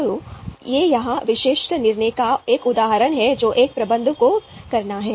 तो यह एक विशिष्ट निर्णय का एक उदाहरण है जो एक प्रबंधक को करना है